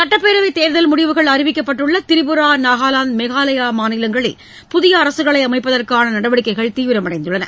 சட்டப்பேரவைத் தேர்தல் முடிவுகள் அறிவிக்கப்பட்டுள்ள திரிபுரா நாகாலாந்து மேகாலயா மாநிலங்களில் புதிய அரசுகளை அமைப்பதற்கான நடவடிக்கைகள் தீவிரமடைந்துள்ளன